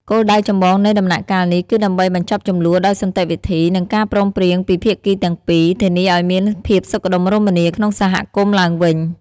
គោលដៅចម្បងនៃដំណាក់កាលនេះគឺដើម្បីបញ្ចប់ជម្លោះដោយសន្តិវិធី និងការព្រមព្រៀងពីភាគីទាំងពីរ ធានាឲ្យមានភាពសុខដុមរមនាក្នុងសហគមន៍ឡើងវិញ។